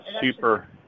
super